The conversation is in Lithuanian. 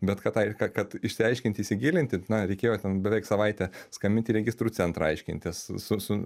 bet kad tą kad išsiaiškinti įsigilinti na reikėjo ten beveik savaitę skambint į registrų centrą aiškintis su su